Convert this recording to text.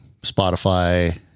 Spotify